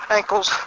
ankles